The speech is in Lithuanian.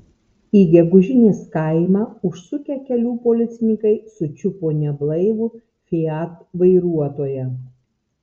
į gegužinės kaimą užsukę kelių policininkai sučiupo neblaivų fiat vairuotoją